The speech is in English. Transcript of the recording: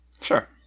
Sure